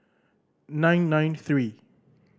nine nine three